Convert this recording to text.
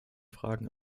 fragen